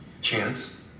Chance